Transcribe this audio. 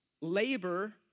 labor